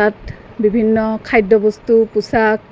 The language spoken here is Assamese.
তাত বিভিন্ন খাদ্যবস্তু পোছাক